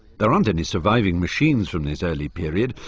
there aren't any surviving machines from this early period,